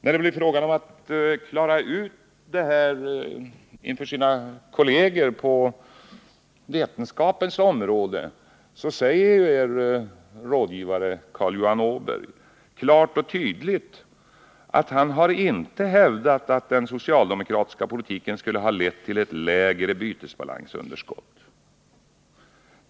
När det blir fråga om att klara ut det här säger er rådgivare Carl-Johan Åberg inför sina kolleger på vetenskapens område klart och tydligt att han inte har hävdat att den socialdemokratiska politiken skulle ha lett till ett lägre bytesbalansunderskott.